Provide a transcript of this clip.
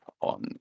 on